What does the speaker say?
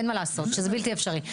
אין מה לעשות, שזה בלתי אפשרי.